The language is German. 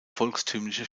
volkstümliche